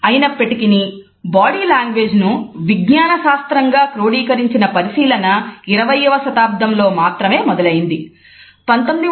అయినప్పటికిని body లాంగ్వేజ్ను విజ్ఞాన శాస్త్రం గా క్రోడీకరించిన పరిశీలన 20వ శతాబ్దంలో మాత్రమే మొదలైనది